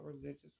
religious